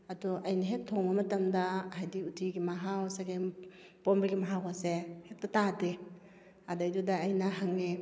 ꯑꯗꯣ ꯑꯩꯅ ꯍꯦꯛ ꯊꯣꯡꯕ ꯃꯇꯝꯗ ꯍꯥꯏꯗꯤ ꯎꯇꯤꯒꯤ ꯃꯍꯥꯎ ꯆꯥꯒꯦꯝ ꯄꯣꯝꯕꯒꯤ ꯃꯍꯥꯎ ꯑꯁꯦ ꯍꯦꯛꯇ ꯇꯥꯗꯦ ꯑꯗꯩꯗꯨꯗ ꯑꯩꯅ ꯍꯡꯉꯦ